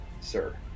sir